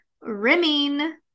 rimming